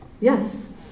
Yes